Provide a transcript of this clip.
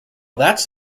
that’s